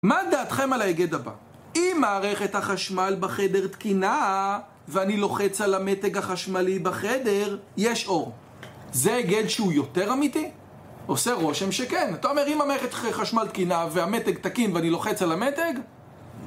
מה דעתכם על ההיגד הבא? אם מערכת החשמל בחדר תקינה ואני לוחץ על המתג החשמלי בחדר יש אור זה היגד שהוא יותר אמיתי? עושה רושם שכן אתה אומר אם המערכת חשמל תקינה והמתג תקין ואני לוחץ על המתג...